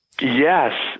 Yes